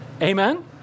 amen